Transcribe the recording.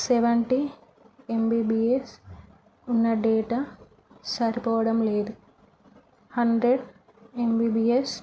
seventy MBBS ఉన్న data సరిపోవడం లేదు హండ్రెడ్ ఎంబీబీఎస్